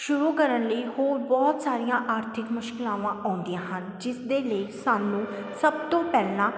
ਸ਼ੁਰੂ ਕਰਨ ਲਈ ਹੋਰ ਬਹੁਤ ਸਾਰੀਆਂ ਆਰਥਿਕ ਮੁਸ਼ਕਿਲਾਵਾਂ ਆਉਂਦੀਆਂ ਹਨ ਜਿਸ ਦੇ ਲਈ ਸਾਨੂੰ ਸਭ ਤੋਂ ਪਹਿਲਾਂ